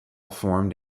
formed